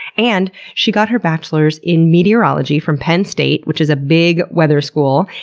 and she got her bachelor's in meteorology from penn state, which is a big weather school,